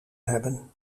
hebben